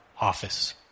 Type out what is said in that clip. office